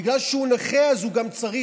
בגלל שהוא נכה אז הוא גם צריך,